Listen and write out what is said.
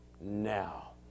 Now